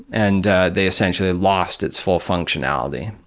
and they essentially lost its full functionality.